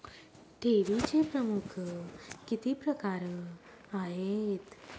ठेवीचे प्रमुख किती प्रकार आहेत?